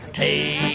a